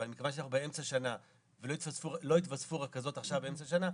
אבל מכיוון שאנחנו באמצע שנה ולא יתווספו רכזות עכשיו באמצע שנה,